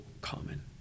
common